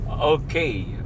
Okay